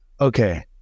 Okay